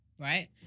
right